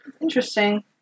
Interesting